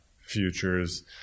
futures